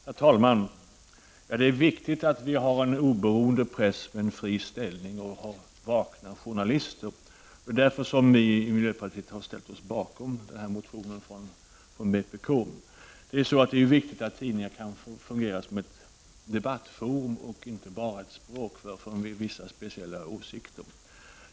Herr talman! Det är viktigt att vi har en oberoende press med en fri ställning och vakna journalister. Därför har vi i miljöpartiet ställt oss bakom motionen från vpk. Det är viktigt att tidningarna kan fungera som ett debattforum och inte bara som ett språkrör för dem med vissa speciella åsikter.